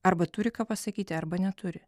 arba turi ką pasakyti arba neturi